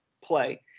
play